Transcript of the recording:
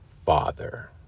father